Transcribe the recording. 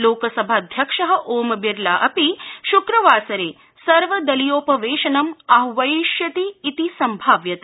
लोकसभाध्यक्ष ओम बिरला अपि श्क्रवासरे सर्वदलीयोपवेशनम् आहवयिष्यति इति संभाव्यते